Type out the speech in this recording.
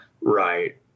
Right